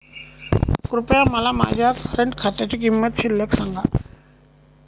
कृपया मला माझ्या करंट खात्याची किमान शिल्लक सांगा